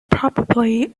probably